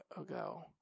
ago